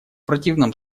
противном